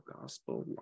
gospel